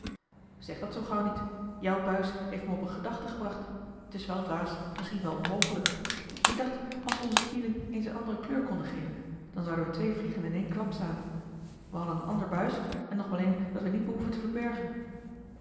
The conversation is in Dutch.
zeg dat zoo gauw niet jouw buis heeft me op eene gedachte gebracht t is wel dwaas misschien wel onmogelijk ik dacht als eli heimans willem roda we onze kielen eens een andere kleur konden geven dan zouden we twee vliegen in een klap slaan we hadden een ander buis en nog wel een dat we niet behoeven te verbergen